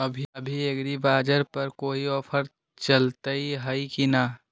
अभी एग्रीबाजार पर कोई ऑफर चलतई हई की न?